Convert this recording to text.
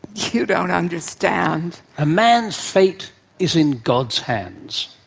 you don't understand! a man's fate is in god's hands.